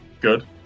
good